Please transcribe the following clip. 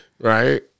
Right